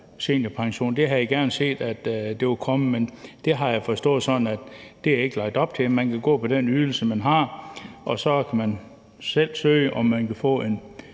Det havde jeg gerne set var kommet, men det har jeg forstået sådan at der ikke er lagt op til. Man kan gå på den ydelse, som man har, og så kan man selv søge om et